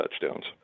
touchdowns